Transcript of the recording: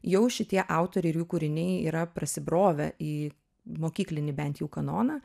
jau šitie autoriai ir jų kūriniai yra prasibrovę į mokyklinį bent jau kanoną